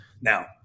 Now